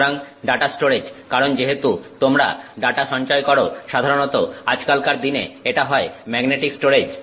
সুতরাং data storage কারণ যেহেতু তোমরা ডাটা সঞ্চয় করো সাধারণত আজকালকার দিনে এটা হয় ম্যাগনেটিক স্টোরেজ